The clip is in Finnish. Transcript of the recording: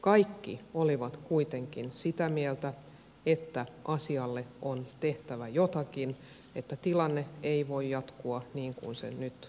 kaikki olivat kuitenkin sitä mieltä että asialle on tehtävä jotakin että tilanne ei voi jatkua niin kuin se nyt on